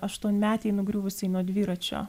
aštuonmetei nugriuvusiai nuo dviračio